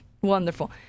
Wonderful